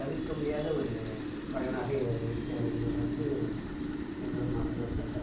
தவிர்க்க முடியாத ஒரு தலைவனாக இருக்கிறார் என்பதில் வந்து எந்த ஒரு மாற்றுக் கருத்தும் இல்லை